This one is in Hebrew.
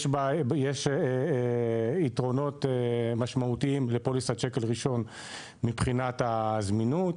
יש יתרונות משמעותיים לפוליסת שקל ראשון מבחינת הזמינות,